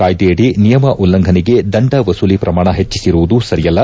ಕಾಯ್ದೆಯಡಿ ನಿಯಮ ಉಲ್ಲಂಘನೆಗೆ ದಂಡ ವಸೂಲಿ ಪ್ರಮಾಣ ಹೆಚ್ಚಿಸಿರುವುದು ಸರಿಯಲ್ಲ